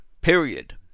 period